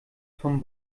vom